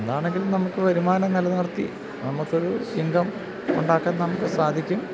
എന്താണെങ്കിലും നമുക്ക് വരുമാനം നിലനിർത്തി നമുക്കൊരു ഇന്കം ഉണ്ടാക്കാൻ നമുക്ക് സാധിക്കും